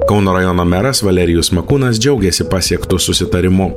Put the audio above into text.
kauno rajono meras valerijus makūnas džiaugėsi pasiektu susitarimu